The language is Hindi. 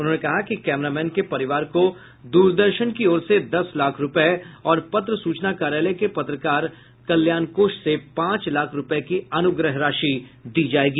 उन्होंने कहा कि कैमरा मैन के परिवार को दूरदर्शन की ओर से दस लाख रूपये और पत्र सूचना कार्यालय के पत्रकार कल्याण कोष से पांच लाख रूपये की अनुग्रह राशि दी जायेगी